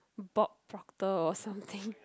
or something